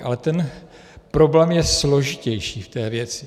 Ale ten problém je složitější v té věci.